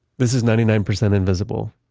this is ninety nine percent invisible.